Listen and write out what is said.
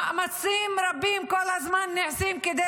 מאמצים רבים נעשים כל הזמן כדי